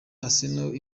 arsenal